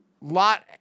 lot